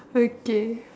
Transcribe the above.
okay